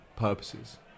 purposes